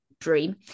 dream